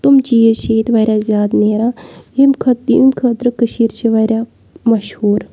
تِم چیٖز چھِ ییٚتہِ واریاہ زیادٕ نیران ییٚمہِ خٲط ییٚمہِ خٲطرٕ کٔشیٖر چھِ واریاہ مشہوٗر